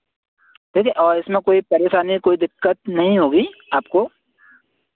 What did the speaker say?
देखिये इसमें कोई परेशानी कोई दिक्कत नहीं होगी आपको